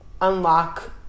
unlock